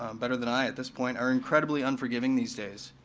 um better than i at this point, are incredibly unforgiving these days.